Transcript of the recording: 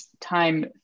time